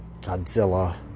Godzilla